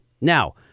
Now